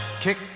kick